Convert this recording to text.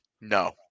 No